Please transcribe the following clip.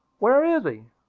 where is he?